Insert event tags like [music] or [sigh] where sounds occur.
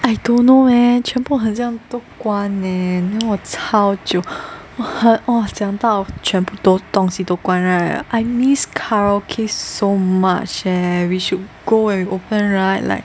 I don't know leh 全部很像都关 leh 那么超久 [breath] 我想到全部都东西都关 right I miss karaoke so much leh we should go and open right like